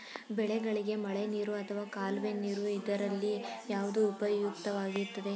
ಬೆಳೆಗಳಿಗೆ ಮಳೆನೀರು ಅಥವಾ ಕಾಲುವೆ ನೀರು ಇದರಲ್ಲಿ ಯಾವುದು ಉಪಯುಕ್ತವಾಗುತ್ತದೆ?